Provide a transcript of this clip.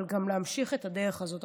אבל גם להמשיך את הדרך הזאת.